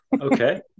Okay